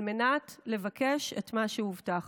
על מנת לבקש את מה שהובטח.